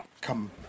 Come